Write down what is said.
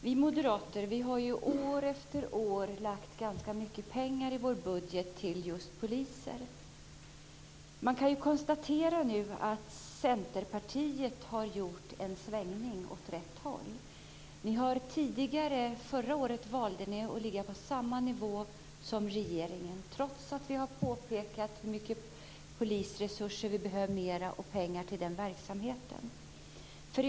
Fru talman! Vi moderater har år efter år i vår budget föreslagit ganska mycket pengar till just poliser. Vi kan nu konstatera att Centerpartiet har gjort en svängning åt rätt håll. Förra året valde ni att ligga på samma nivå som regeringen, trots att vi har påpekat hur mycket mer polisresurser och pengar till den verksamheten som behövs.